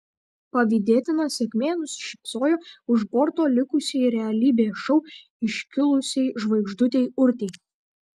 pavydėtina sėkmė nusišypsojo už borto likusiai realybės šou iškilusiai žvaigždutei urtei